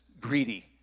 greedy